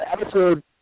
episode